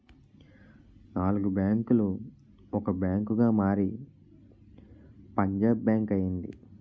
నాలుగు బ్యాంకులు ఒక బ్యాంకుగా మారి పంజాబ్ బ్యాంక్ అయింది